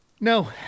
No